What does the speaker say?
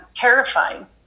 terrifying